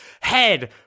head